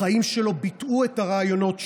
החיים שלו ביטאו את הרעיונות שלו,